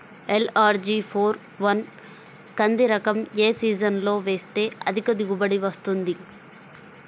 LRG four one కంది రకం ఏ సీజన్లో వేస్తె అధిక దిగుబడి వస్తుంది?